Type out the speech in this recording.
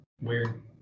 Weird